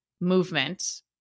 movement